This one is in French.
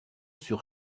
sur